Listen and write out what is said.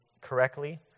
correctly